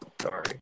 Sorry